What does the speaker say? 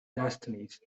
destinies